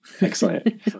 Excellent